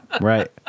right